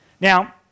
Now